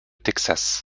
texas